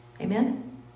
Amen